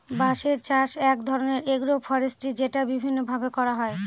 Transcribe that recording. বাঁশের চাষ এক ধরনের এগ্রো ফরেষ্ট্রী যেটা বিভিন্ন ভাবে করা হয়